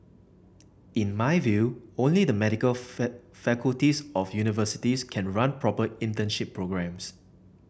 in my view only the medical faculties of universities can run proper internship programmes